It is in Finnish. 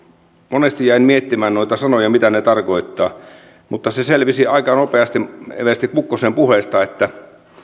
monesti jäin miettimään noita sanoja mitä ne tarkoittavat mutta se selvisi aika nopeasti eversti kukkosen puheesta että